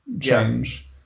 change